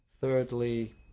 Thirdly